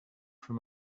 from